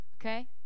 Okay